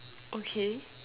okay